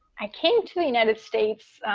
i came to the united states.